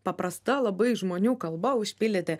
paprasta labai žmonių kalba užpildyti